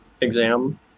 exam